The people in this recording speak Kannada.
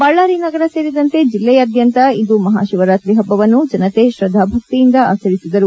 ಬಳ್ಳಾರಿ ನಗರ ಸೇರಿದಂತೆ ಜಿಲ್ಲೆಯಾದ್ಯಂತ ಇಂದು ಮಹಾ ಶಿವರಾತ್ರಿ ಹಬ್ಬವನ್ನು ಜನತೆ ಶ್ರದ್ದಾಭಕ್ತಿಯಿಂದ ಆಚರಿಸಿದರು